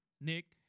Nick